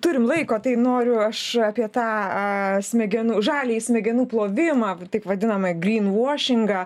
turim laiko tai noriu aš apie tą a smegenų žaliąjį smegenų plovimą taip vadinamą grynvošingą